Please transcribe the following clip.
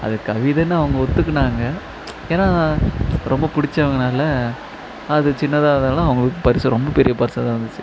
அது கவிதன்னு அவங்க ஒத்துக்குனாங்க ஏன்னா ரொம்ப பிடிச்சவங்கனால அது சின்னாதாகருந்தாலும் அவங்களுக்கு பரிசு ரொம்ப பெரிய பரிசாகதான் இருந்துச்சு